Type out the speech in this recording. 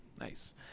nice